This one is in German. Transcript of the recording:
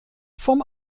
vom